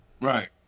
Right